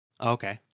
Okay